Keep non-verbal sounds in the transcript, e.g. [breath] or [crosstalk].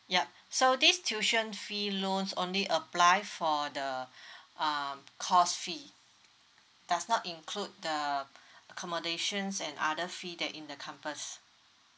yup so this tuition fee loans only apply for the [breath] um course fee does not include the accommodations and other fee that in the campus